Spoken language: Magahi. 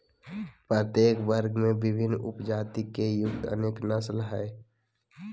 प्रत्येक वर्ग में विभिन्न उपजाति से युक्त अनेक नस्ल हइ